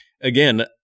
again